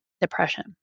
depression